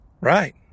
Right